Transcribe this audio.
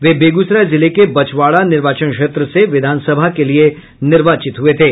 वे बेगूसराय जिले के बछवाड़ा निर्वाचन क्षेत्र से विधानसभा के लिए निर्वाचित हुये थे